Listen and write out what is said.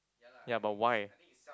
ya but why